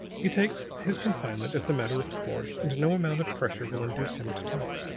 he takes his confinement as a matter of course, and no amount of pressure will induce him to talk.